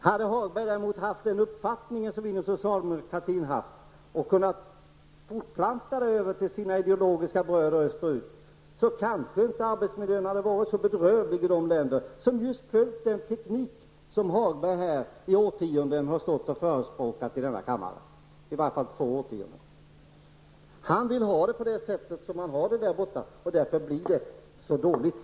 Hade herr Hagberg däremot haft den uppfattning som vi inom socialdemokratin har haft och kunnat fortplanta den över på sina ideologiska bröder i öster, kanske arbetsmiljön inte hade varit så bedrövlig i öststaterna, som just tillämpat den teknik som Lars-Ove Hagberg här i årtionden har förespråkat, i varje fall två årtionden. Lars-Ove Hagberg vill ha det på det sätt som det är där borta, och därför är det så dåligt.